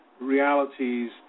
realities